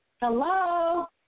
Hello